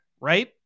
right